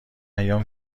ایام